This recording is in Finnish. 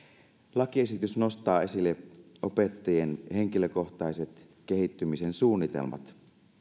lakiesitys nostaa esille opettajien henkilökohtaiset kehittymisen suunnitelmat